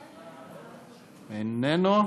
איננו,